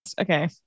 okay